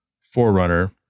Forerunner